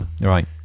Right